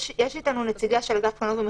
נמצאת איתנו נציגה של אגף מכרזים.